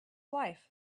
life